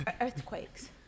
earthquakes